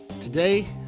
Today